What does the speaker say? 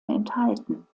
enthalten